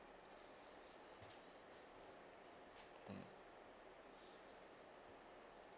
mm